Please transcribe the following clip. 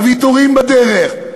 הוויתורים בדרך.